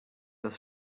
dass